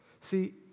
See